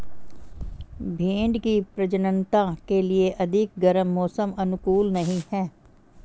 भेंड़ की प्रजननता के लिए अधिक गर्म मौसम अनुकूल नहीं है